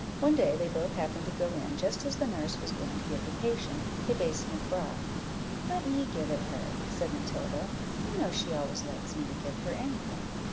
one day they both happened to go in just as the nurse was going to give the patient a basin of broth let me give it her, said matilda you know she always likes me to give her any thing.